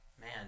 Man